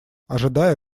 ожидая